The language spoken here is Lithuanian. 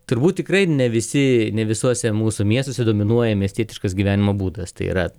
tur būt tikrai ne visi ne visuose mūsų miestuose dominuoja miestietiškas gyvenimo būdas tai yra